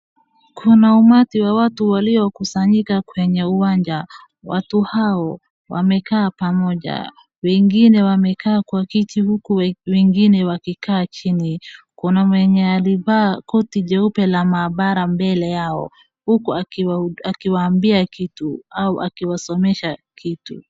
Kuna umati wa watu waliokusanyika kwenye uwanja. Watu hao, wamekaa pamoja. Wengine wamekaa kwa kiti huku wengine wakikaa chini. Kuna mwenye alivaa koti jeupe la maabara mbele yao, huku akiwaambia kitu au akiwasomesha kitu.